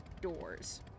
doors